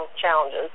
challenges